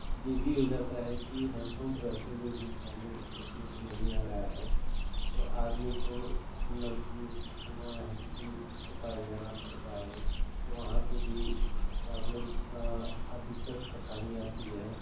यह भी हो जाता है कि हैन्डपम्प रहते हुए भी पानी उसमें से नहीं आ रहा है तो आदमी को नलकूप कुआँ हैन्डपम्प के पास जाना पड़ता है तो वहाँ पर भी प्रॉब्लम दिक्कत परेशानी आती है